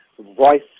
voice